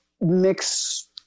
mix